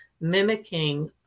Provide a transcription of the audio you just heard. mimicking